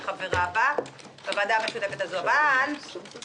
דבר שאני מבקש מהחברים, אני פה לענות לכל שאלה.